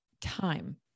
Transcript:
time